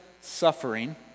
suffering